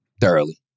thoroughly